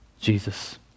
Jesus